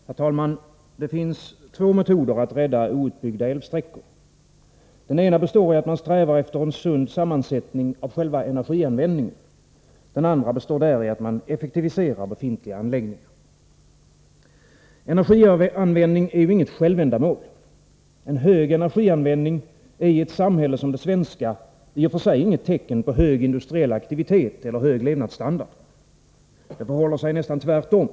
Herr talman! Det finns två metoder att rädda outbyggda älvsträckor. Den ena består i att man strävar efter en sund sammansättning av själva energianvändningen. Den andra består däri att man effektiviserar befintliga anläggningar. Energianvändning är ju inget självändamål. En hög energianvändning är i ett samhälle som det svenska i och för sig inget tecken på hög industriell aktivitet eller levnadsstandard. Det förhåller sig nästan tvärtom.